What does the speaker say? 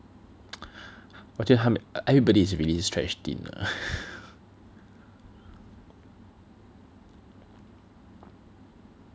我觉得他们 everybody's really stretched thin lah